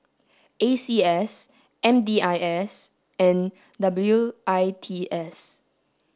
A C S M D I S and W I T S